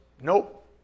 nope